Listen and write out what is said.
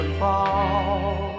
fall